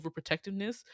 overprotectiveness